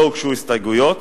לא הוגשו הסתייגויות,